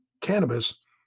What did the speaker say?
cannabis